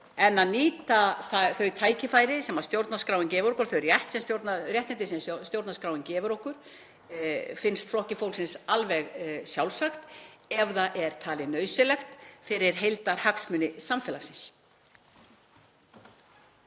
En að nýta þau tækifæri sem stjórnarskráin gefur okkur og þau réttindi sem stjórnarskráin gefur okkur finnst Flokki fólksins alveg sjálfsagt ef það er talið nauðsynlegt fyrir heildarhagsmuni samfélagsins.